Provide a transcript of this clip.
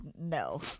no